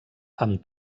amb